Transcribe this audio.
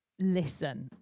Listen